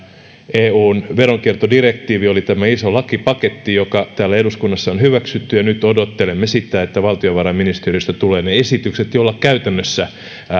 eun veronkiertodirektiivi oli tämä iso lakipaketti joka täällä eduskunnassa on hyväksytty ja nyt odottelemme sitä että valtiovarainministeriöstä tulevat ne esitykset joilla käytännössä